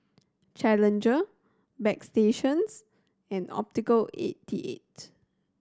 Challenger Bagstationz and Optical eighty eight